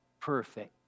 perfect